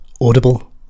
Audible